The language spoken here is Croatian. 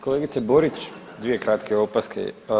Kolegice Borić, dvije kratke opaske.